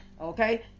okay